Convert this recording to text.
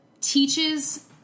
teaches